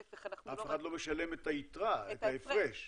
אף אחד לא משלם את היתרה, את ההפרש.